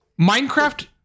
Minecraft